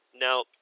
Now